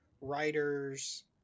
writers